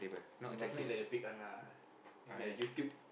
you must make like the big one lah maybe like YouTube